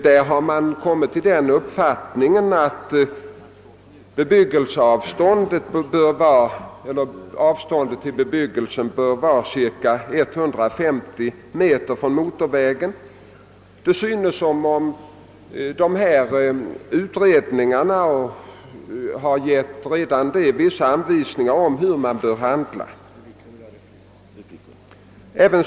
Därvid har man kommit till den uppfattningen, att avståndet mellan motorvägen och bebyggelsen bör vara cirka 150 meter — det synes som om redan dessa utredningar har givit vissa anvisningar om hur man bör handla på detta område.